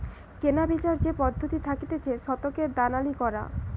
কেনাবেচার যে পদ্ধতি থাকতিছে শতকের দালালি করা